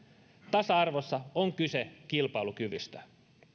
tasa arvossa on kyse kilpailukyvystä